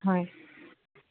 হয়